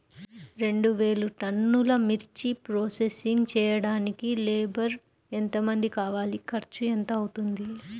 రెండు వేలు టన్నుల మిర్చి ప్రోసెసింగ్ చేయడానికి లేబర్ ఎంతమంది కావాలి, ఖర్చు ఎంత అవుతుంది?